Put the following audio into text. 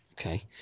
Okay